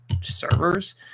servers